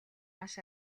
маш